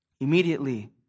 Immediately